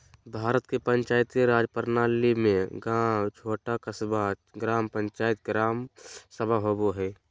भारत के पंचायती राज प्रणाली में गाँव छोटा क़स्बा, ग्राम पंचायत, ग्राम सभा होवो हइ